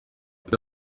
ibyo